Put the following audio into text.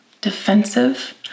defensive